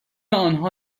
آنها